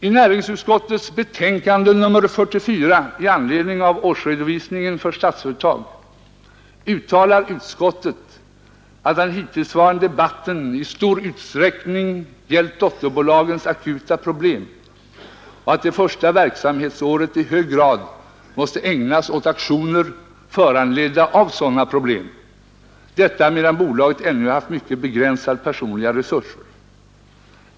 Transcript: I näringsutskottets betänkande nr 44 i anledning av årsredovisningen för Statsföretag uttalar utskottet att den hittillsvarande debatten i stor utsträckning gällt dotterbolagens akuta problem och att det första verksamhetsåret i hög grad måste ägnas åt aktioner föranledda av sådana problem, detta medan bolaget ännu haft mycket begränsade personliga resurser.